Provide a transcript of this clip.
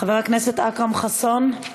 חבר הכנסת אכרם חסון,